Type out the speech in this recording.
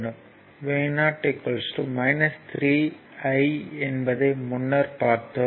Vo 3 I என்பதை முன்னர் பார்த்தோம்